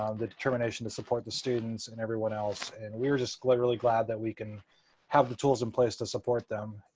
um the determination to support the students and everyone else. and we were just really glad that we can have the tools in place to support them.